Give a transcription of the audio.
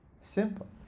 Simple